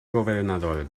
gobernador